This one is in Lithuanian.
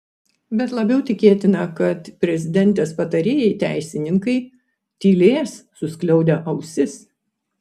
bet labiau tikėtina kad prezidentės patarėjai teisininkai tylės suskliaudę ausis